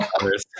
others